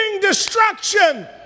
destruction